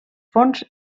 fons